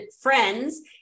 friends